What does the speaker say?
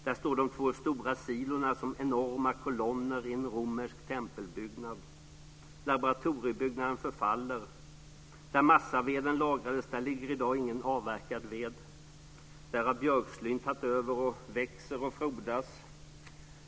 Där står de två stora silona som enorma kolonner i en romersk tempelbyggnad. Laboratoriebyggnaden förfaller. Där massaved lagrades ligger i dag ingen avverkad ved. Där har björkslyn tagit över och växer och frodas.